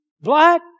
black